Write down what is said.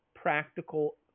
practical